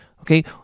Okay